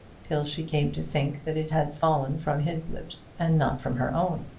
till she came to think that it had fallen from his lips and not from her own.